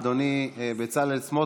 אדוני בצלאל סמוטריץ',